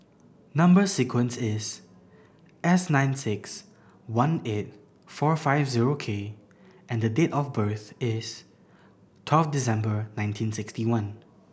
number sequence is S nine six one eight four five zero K and date of birth is twelve December nineteen sixty one